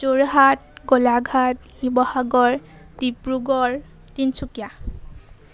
Jorhat Golaghat Sivasagar Dibrugarh Tinsukia